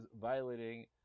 violating